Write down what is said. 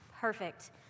perfect